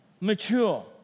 mature